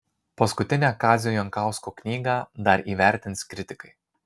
paskutinę kazio jankausko knygą dar įvertins kritikai